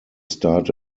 start